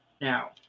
now